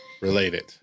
related